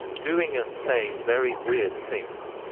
doing and saying very weird things.